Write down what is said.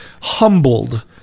humbled